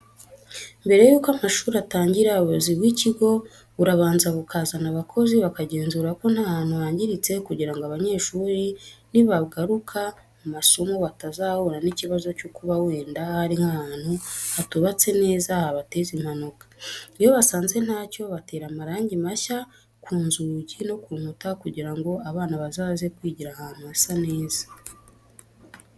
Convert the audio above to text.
Mbere y'uko amashuri atangira ubuyobozi bw'ikigo burabanza bukazana abakozi bakagenzura ko nta hantu hangiritse kugira ngo abanyeshuri nibagaruka mu masomo batazahura n'ikibazo cyo kuba wenda hari nk'ahantu hatubatse neza, habateza impanuka. Iyo basanze ntacyo, batera amarangi mashyashya ku nzugi no ku nkuta kugira ngo abana bazaze kwigira ahantu hasa neza.